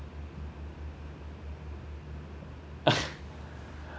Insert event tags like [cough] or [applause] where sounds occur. [laughs]